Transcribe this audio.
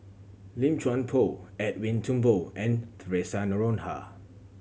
Lim Chuan Poh Edwin Thumboo and Theresa Noronha